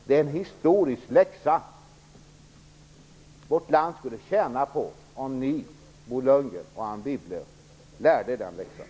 Det är en historisk läxa. Vårt land skulle tjäna på om ni - Bo Lundgren och Anne Wibble - lärde er den läxan.